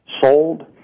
sold